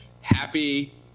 happy